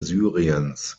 syriens